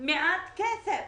מעט כסף.